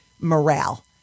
morale